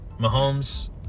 Mahomes